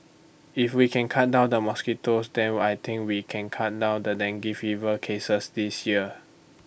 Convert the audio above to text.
if we can cut down the mosquitoes then what I think we can cut down the dengue fever cases this year